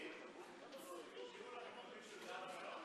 ערביי ישראל רוצים להיפרד ממדינת ישראל.